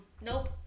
Nope